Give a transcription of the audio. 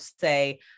say